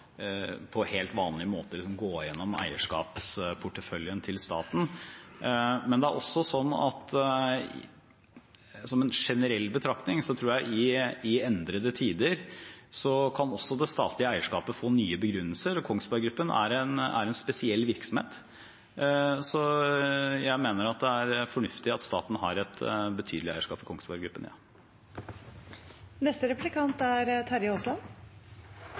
eierskapsporteføljen til staten. Men som en generell betraktning tror jeg at i endrede tider kan også det statlige eierskapet få nye begrunnelser. Kongsberg Gruppen er en spesiell virksomhet, så jeg mener det er fornuftig at staten har et betydelig eierskap i Kongsberg Gruppen, ja. Det varmet et sosialdemokratisk hjerte da næringsministeren avslutningsvis henviste til at dette var statlig eierskap på sitt beste. Det er